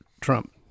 Trump